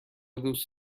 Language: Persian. دوست